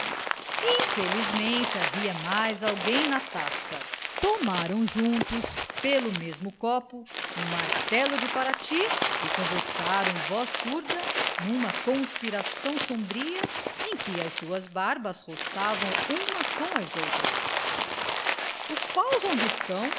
infelizmente havia mais alguém na tasca tomaram juntos pelo mesmo copo um martelo de parati e conversaram em voz surda numa conspiração sombria em que as suas barbas roçavam umas com as outras os paus onde estão